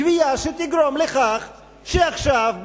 קביעה שתגרום לכך שעכשיו,